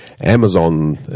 Amazon